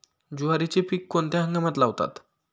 ज्वारीचे पीक कोणत्या हंगामात लावतात?